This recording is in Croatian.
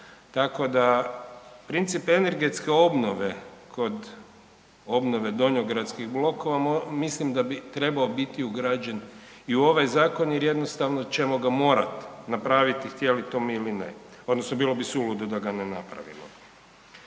tako da princip energetske obnove kod obnove donjogradskih blokova mislim da bi trebao biti ugrađen i u ovaj Zakon jer jednostavno ćemo ga morat napraviti htjeli to mi ili ne, odnosno bilo bi suludo da ga ne napravimo.